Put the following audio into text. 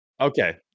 okay